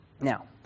Now